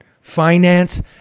Finance